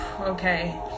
okay